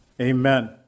Amen